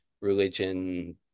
religion